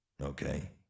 Okay